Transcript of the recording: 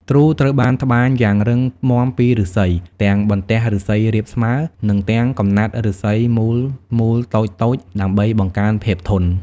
ទ្រូត្រូវបានត្បាញយ៉ាងរឹងមាំពីឫស្សី ទាំងបន្ទះឫស្សីរាបស្មើ និងទាំងកំណាត់ឫស្សីមូលៗតូចៗ ដើម្បីបង្កើនភាពធន់។